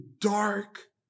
dark